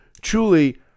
truly